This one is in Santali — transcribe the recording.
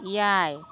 ᱮᱭᱟᱭ